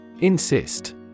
Insist